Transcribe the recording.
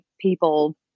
people